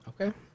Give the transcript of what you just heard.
Okay